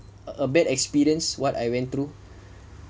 a bad experience what I went through